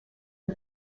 the